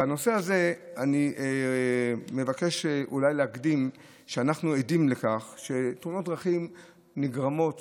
בנושא הזה אני מבקש אולי להקדים שאנחנו עדים לכך שתאונות דרכים נגרמות